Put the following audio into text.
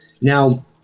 Now